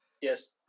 Yes